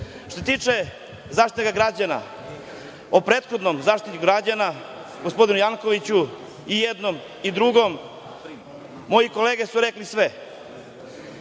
se tiče Zaštitnika građana, o prethodnom Zaštitniku građana, gospodinu Jankoviću i jednom i drugom, moje kolege su rekle sve.